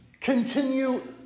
continue